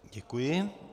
Děkuji.